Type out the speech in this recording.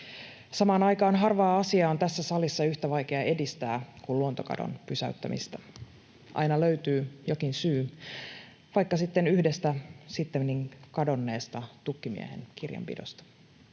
Samaan aikaan harvaa asiaa on tässä salissa yhtä vaikea edistää kuin luontokadon pysäyttämistä. Aina löytyy jokin syy, vaikka sitten yhdestä sittemmin kadonneesta tukkimiehen kirjanpidosta.